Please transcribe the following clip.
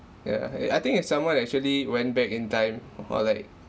yeah err I think if someone actually went back in time or like